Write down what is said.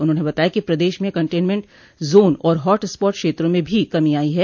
उन्होंने बताया कि प्रदेश में कंटेनमेंट जोन और हॉट स्पॉट क्षेत्रों में भी कमी आई है